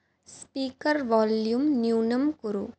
speaker volume न्यूनं कुरु